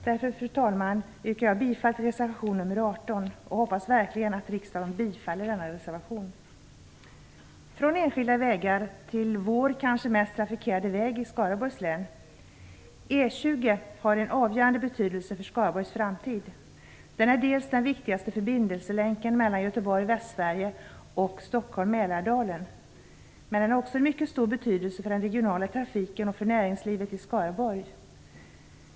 Därför, fru talman, yrkar jag bifall till reservation nr 18 och hoppas verkligen att riksdagen bifaller denna reservation. Från enskilda vägar över till vår kanske mest trafikerade väg i Skaraborgs län, E 20, som har en avgörande betydelse för Skaraborgs framtid. Den är dels den viktigaste förbindelselänken mellan Göteborg Västsverige och Stockholm-Mälardalen. Men den har också mycket stor betydelse för den regionala trafiken och för näringslivet i Skaraborg.